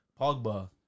Pogba